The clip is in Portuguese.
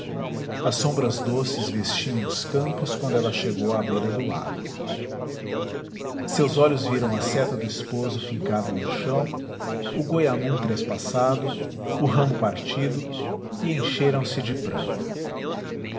as sombras doces vestiam os campos quando ela chegou à beira do lago seus olhos viram a seta do esposo fincada no chão o goiamum trespassado o ramo partido e encheram-se de pranto